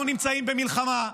אנחנו נמצאים במלחמה.